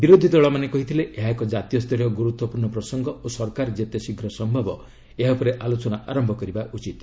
ବିରୋଧୀ ଦଳମାନେ କହିଥିଲେ ଏହା ଏକ ଜାତୀୟ ସ୍ତରୀୟ ଗୁରୁତ୍ୱପୂର୍ଣ୍ଣ ପ୍ରସଙ୍ଗ ଓ ସରକାର ଯେତେ ଶୀଘ୍ର ସମ୍ଭବ ଏହା ଉପରେ ଆଲୋଚନା ଆରମ୍ଭ କରିବା ଉଚିତ୍